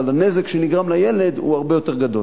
אבל הנזק שנגרם לילד הוא הרבה יותר גדול.